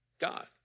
God